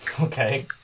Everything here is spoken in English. okay